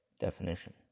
definition